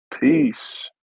Peace